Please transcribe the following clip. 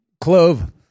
Clove